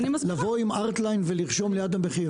לבוא עם ארטליין ולרשום ליד המחיר.